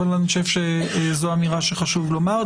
אבל אני חושב שזאת אמירה שחשוב לומר.